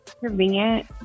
convenient